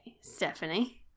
stephanie